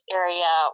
area